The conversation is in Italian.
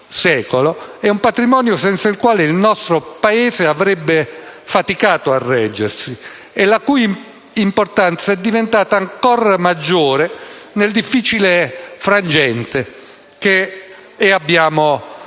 secolo - senza il quale il nostro Paese avrebbe faticato a reggersi, e la cui importanza è diventata ancor maggiore nel difficile frangente che abbiamo